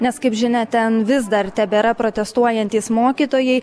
nes kaip žinia ten vis dar tebėra protestuojantys mokytojai